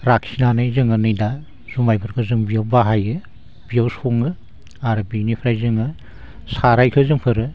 लाखिनानै जोङो नै दा जुमायफोरखौ जों बेयाव बाहायो बेयाव सङो आरो बेनिफ्राय जोङो सारायखौ जोंफोरो